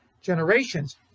generations